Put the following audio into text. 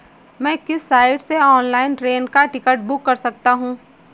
मैं किस साइट से ऑनलाइन ट्रेन का टिकट बुक कर सकता हूँ?